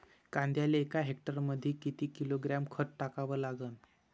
कांद्याले एका हेक्टरमंदी किती किलोग्रॅम खत टाकावं लागन?